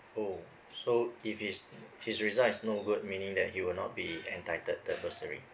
oh so if his his results is no good meaning that he will not be entitled the bursary